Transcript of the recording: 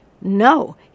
no